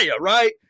right